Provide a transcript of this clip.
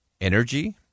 energy